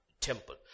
temple